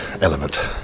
element